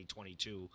2022